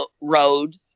road